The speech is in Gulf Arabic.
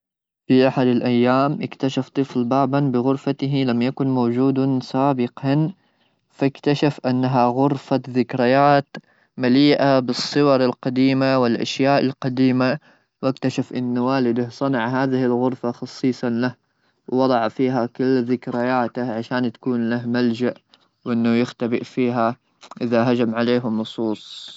في احد الايام اكتشف طفل بابا بغرفته لم يكن موجود سابقا, فاكتشف انها غرفه ذكريات مليئه بالصور القديمه والاشياء القديمه ,واكتشف ان والده صنع هذه الغرفه خصيصا له ووضع فيها كل ذكرياته ,عشان تكون له ملجا وانه يختبئ فيها اذا هجم عليهم لصوص.